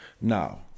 now